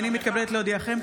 הינני מתכבדת להודיעכם,